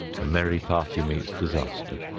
the merry party meets disaster.